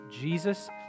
Jesus